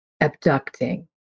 abducting